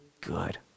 good